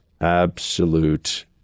absolute